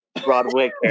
Broadway